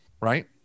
right